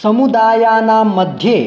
समुदायानांमध्ये